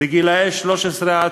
גילאי 13 17,